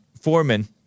foreman